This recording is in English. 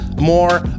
more